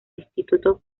instituto